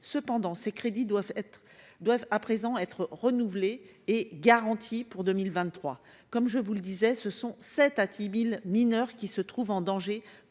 cependant, ces crédits doivent être doivent à présent être renouvelée et garanti pour 2023, comme je vous le disais, ce sont 7-t-il Bill mineurs qui se trouve en danger